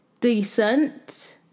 decent